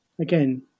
again